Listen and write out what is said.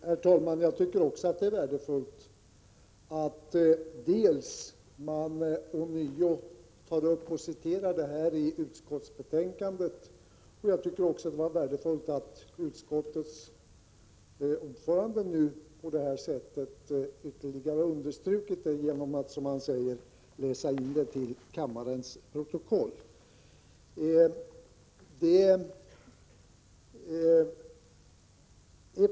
Herr talman! Jag tycker också att det är värdefullt dels att utskottet ånyo citerar detta uttalande av bostadsministern, dels att utskottets ordförande nu ytterligare har understrukit detta genom att, som han säger, läsa in stycket till kammarens protokoll.